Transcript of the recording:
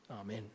Amen